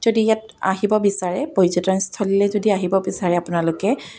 যদি ইয়াত আহিব বিচাৰে পৰ্যটনস্থলীলৈ যদি আহিব বিচাৰে আপোনালোকে